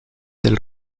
del